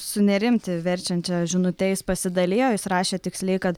sunerimti verčiančia žinute jis pasidalijo jis rašė tiksliai kad